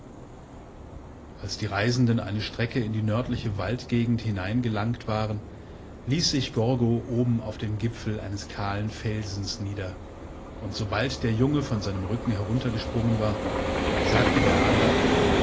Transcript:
als die reisenden eine strecke in die nördliche waldgegend hineingelangt waren ließsichgorgoobenaufdemgipfeleineskahlenfelsensnieder und sobald der junge von seinem rücken heruntergesprungen war sagte der adler